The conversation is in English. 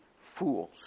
fools